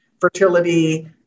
fertility